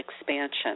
expansion